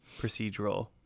procedural